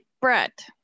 Brett